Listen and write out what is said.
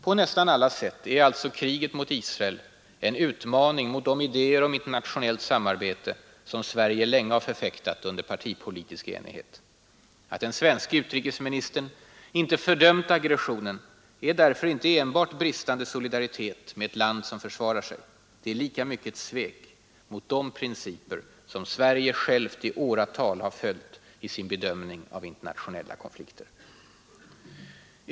På nästan alla sätt är alltså kriget mot Israel en utmaning mot de idéer om internationellt samarbete som Sverige länge har förfäktat under partipolitisk enighet. Att den svenske utrikesministern inte fördömt aggressionen är därför inte enbart bristande solidaritet med ett land som försvarar sig. Det är lika mycket ett svek mot de principer som Sverige självt i åratal har följt i sin bedömning av internationella konflikter.